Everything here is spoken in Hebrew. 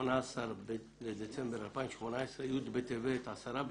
היום ה-18 בדצמבר 2018, י' בטבת התשע"ט.